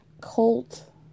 Colt